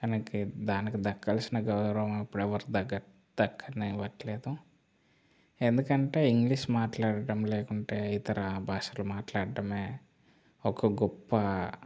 తనకి దానికి దక్కాల్సిన గౌరవం ఇప్పుడు ఎవరికీ దక్క దక్కనివ్వట్లేదు ఎందుకంటే ఇంగ్లీష్ మాట్లాడటం లేకుంటే ఇతర భాషలు మాట్లాడటమే ఒక గొప్ప